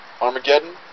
Armageddon